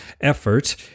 effort